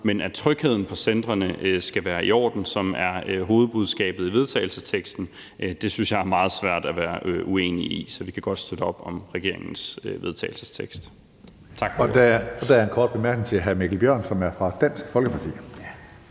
men at trygheden på centrene skal være i orden, hvilket er hovedbudskabet i vedtagelsesteksten, synes jeg er meget svært at være uenig i. Så vi kan godt støtte op om regeringens vedtagelsestekst. Kl. 14:06 Tredje næstformand (Karsten Hønge): Der er en kort bemærkning til hr. Mikkel Bjørn, som er fra Dansk Folkeparti.